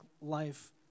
life